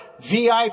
VIP